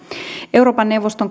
euroopan neuvoston